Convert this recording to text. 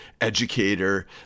educator